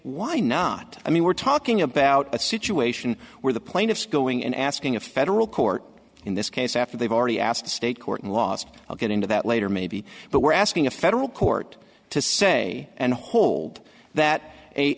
why not i mean we're talking about a situation where the plaintiffs going in asking a federal court in this case after they've already asked state court last i'll get into that later maybe but we're asking a federal court to say and hold that a